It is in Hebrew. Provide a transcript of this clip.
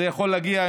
זה יכול להגיע,